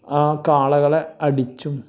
ആ കാളകളെ അടിച്ചും